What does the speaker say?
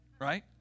Right